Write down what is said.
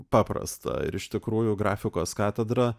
paprasta ir iš tikrųjų grafikos katedra